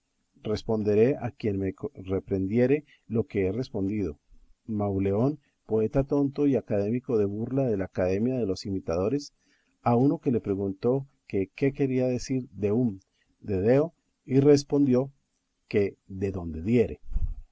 responderé a quien me reprehendiere lo que respondió mauleón poeta tonto y académico de burla de la academia de los imitadores a uno que le preguntó que qué quería decir deum de deo y respondió que dé donde diere